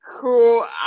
cool